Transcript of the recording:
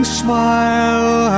smile